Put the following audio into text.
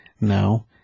No